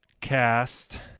cast